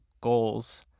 goals